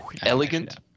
elegant